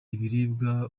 ibiribwa